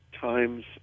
times